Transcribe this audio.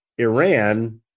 Iran